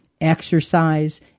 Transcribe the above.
exercise